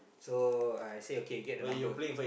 so I say okay get the number